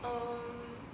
um